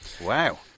Wow